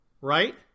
Right